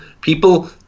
people